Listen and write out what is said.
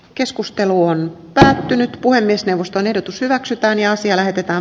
keskustelu on lähtenyt puhemiesneuvoston ehdotus hyväksytään ja asia lähetetään